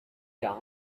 down